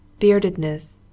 beardedness